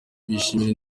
bishimira